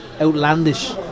outlandish